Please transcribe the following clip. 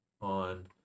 on